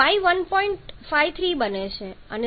75 છે y 1